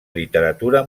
literatura